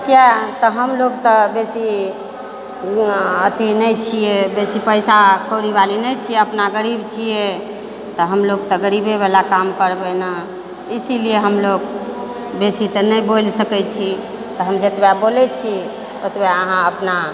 किएक तऽ हमलोक तऽ बेसी अऽ अथी नहि छिए बेसी पइसा कौड़ीवाली नहि छिए अपना गरीब छिए तऽ हमलोक तऽ गरीबेवला काम करबै ने इसीलिए हमलोक बेसी तऽ नहि बोलि सकै छी तहन जतबे बोलै छी ओतबे अहाँ अपना